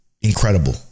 incredible